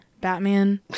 Batman